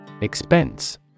Expense